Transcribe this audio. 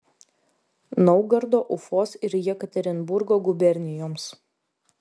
naugardo ufos ir jekaterinburgo gubernijoms